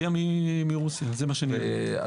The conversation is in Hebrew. זה מה שאני יודע.